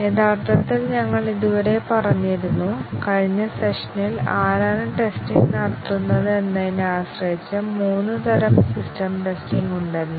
യഥാർത്ഥത്തിൽ ഞങ്ങൾ ഇതുവരെ പറഞ്ഞിരുന്നു കഴിഞ്ഞ സെഷനിൽ ആരാണ് ടെസ്റ്റിങ് നടത്തുന്നത് എന്നതിനെ ആശ്രയിച്ച് മൂന്ന് തരം സിസ്റ്റം ടെസ്റ്റിംഗ് ഉണ്ടെന്ന്